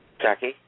Jackie